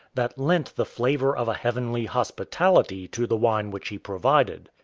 that lent the flavour of a heavenly hospitality to the wine which he provided.